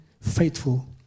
faithful